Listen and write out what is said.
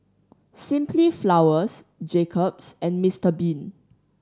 Simply Flowers Jacob's and Mister Bean